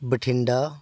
Bathinda